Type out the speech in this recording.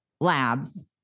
labs